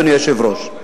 אדוני היושב-ראש.